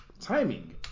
timing